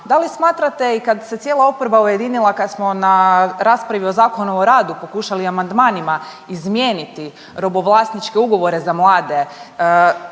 da li smatrate i kad se cijela oporba ujedinila kad smo na raspravi o Zakonu o radu pokušali amandmanima izmijeniti robovlasničke ugovore za mlade,